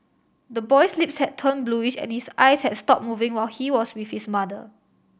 the boy's lips had turned bluish and his eyes had stopped moving while he was with his mother